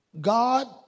God